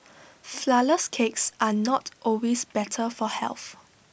Flourless Cakes are not always better for health